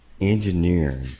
engineering